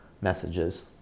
messages